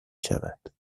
شود